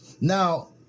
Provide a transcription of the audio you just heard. Now